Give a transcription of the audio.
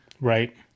Right